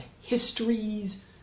histories